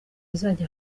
izajya